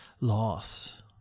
loss